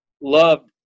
loved